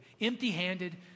empty-handed